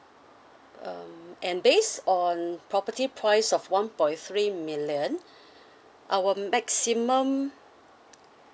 um and based on property price of one point three million our maximum